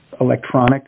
electronic